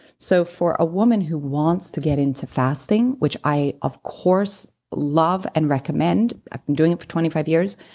so for a woman who wants to get into fasting, which i of course love and recommend, i've been doing it for twenty five years,